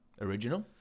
Original